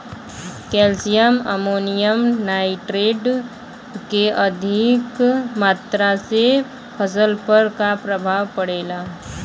Calcium ammonium nitrate के अधिक मात्रा से फसल पर का प्रभाव परेला?